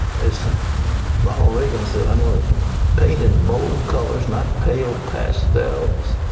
as ronald reagan said, i'm going to paint in bold colors, not pale pastels.